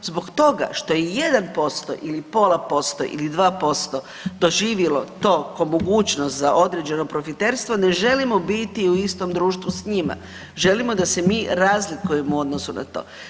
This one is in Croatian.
Zbog toga što je 1% ili pola posto ili 2% doživilo to ko mogućnost za određeno profiterstvo ne želimo biti u istom društvu s njima, želimo da se mi razlikujemo u odnosu na to.